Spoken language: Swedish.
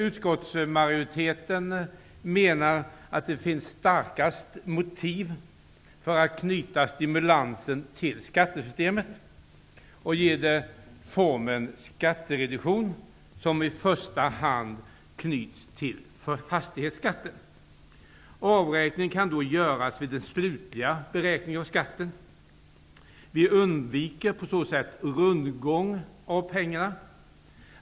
Utskottsmajoriteten menar att det finns starkast motiv för att knyta stimulansen till skattesystemet och ge den formen av en skattereduktion som i första hand knyts till fastighetsskatten. Avräkningen kan då göras vid den slutliga beräkningen av skatten. På så sätt undviker vi rundgång av pengarna.